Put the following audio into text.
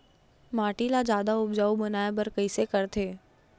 माटी ला जादा उपजाऊ बनाय बर कइसे करथे?